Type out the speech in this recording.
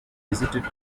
visited